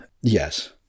Yes